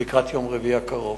לקראת יום רביעי הקרוב.